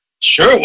Sure